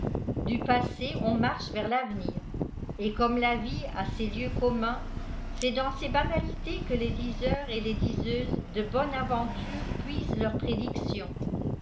du pkèsè oh marche vers l'avenir et comme la vie a ses lieux communs c'est dans ces banalités que les diseurs et les diseuses de bonne aventure puisent leurs prédictions